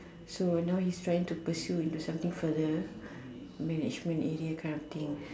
so now he's trying to pursue into something further management area kind of thing